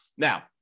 Now